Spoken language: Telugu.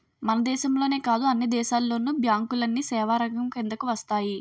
మన దేశంలోనే కాదు అన్ని దేశాల్లోను బ్యాంకులన్నీ సేవారంగం కిందకు వస్తాయి